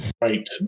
right